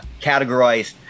categorized